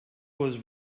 was